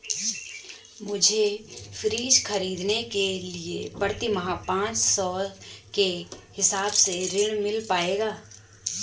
मुझे फ्रीज खरीदने के लिए प्रति माह पाँच सौ के हिसाब से ऋण मिल पाएगा?